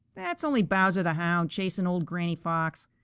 that's only bowser the hound chasing old granny fox.